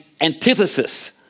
antithesis